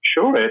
Sure